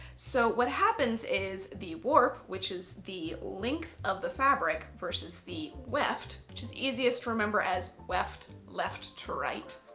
so what happens is the warp which is the length of the fabric versus the weft which is easiest to remember as weft left to right.